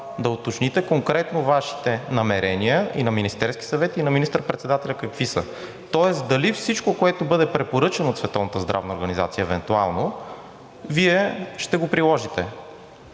да уточните конкретно Вашите намерения, и на Министерския съвет, и на министър-председателя, какви са, тоест дали всичко, което бъде препоръчано от Световната